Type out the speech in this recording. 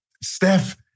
Steph